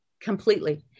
Completely